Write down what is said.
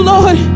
Lord